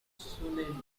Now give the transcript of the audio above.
solely